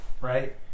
right